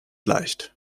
leicht